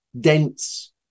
dense